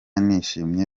nishimye